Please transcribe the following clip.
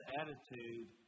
attitude